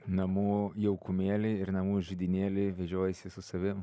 namų jaukumėlį ir namų židinėlį vežiojaisi su savim